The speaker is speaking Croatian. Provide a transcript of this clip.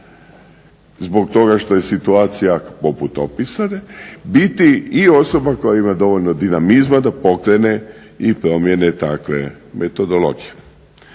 zbog toga što je situacija poput opisane, biti i osoba koja ima dovoljno dinamizma da pokrene i promijene takve metodologije.